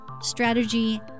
strategy